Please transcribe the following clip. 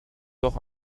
doch